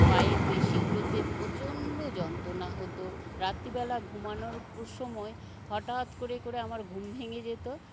পায়ের পেশিগুলোতে প্রচণ্ড যন্ত্রণা হত রাত্রিবেলা ঘুমানোর সময় হঠাৎ করে করে আমার ঘুম ভেঙে যেত